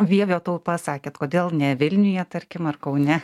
vievio taupa sakėt kodėl ne vilniuje tarkim ar kaune